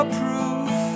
proof